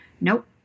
nope